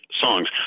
songs